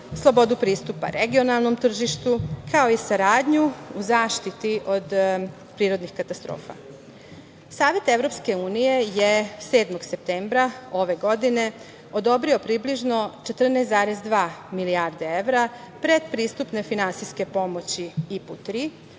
slobodu pristupa regionalnom tržištu, kao i saradnju u zaštiti od prirodnih katastrofa. Savet EU je 7. septembra ove godine odobrio približno 14,2 milijarde evra predpristupne finansijske pomoći – IPA